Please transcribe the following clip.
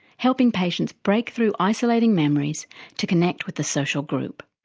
helping patients break through isolating memories to connect with the social group.